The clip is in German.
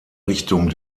richtung